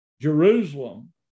Jerusalem